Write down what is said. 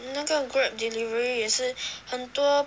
那个 Grab delivery 也是很多